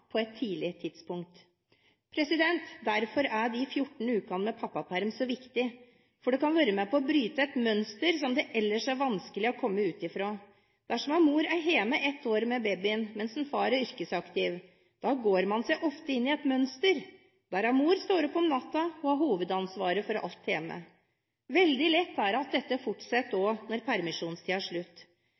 på et tidlig tidspunkt. Derfor er de 14 ukene med pappaperm så viktig, for det kan være med på å bryte et mønster som det ellers er vanskelig å komme ut av. Dersom mor er hjemme et år med babyen mens far er yrkesaktiv, går man seg ofte inn i et mønster der mor står opp om natten og har hovedansvaret for alt hjemme. Veldig lett er det at dette fortsetter også når permisjonstiden er slutt.